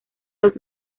los